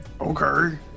Okay